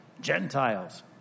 Gentiles